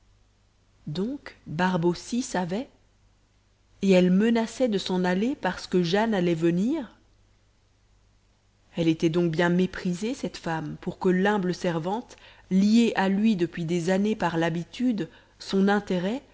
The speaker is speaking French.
donc barbe aussi savait et elle menaçait de s'en aller parce que jane allait venir elle était donc bien méprisée cette femme pour que l'humble servante liée à lui depuis des années par l'habitude son intérêt